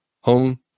home